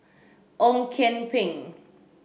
Ong Kian Peng